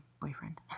boyfriend